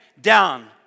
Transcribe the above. down